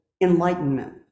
enlightenment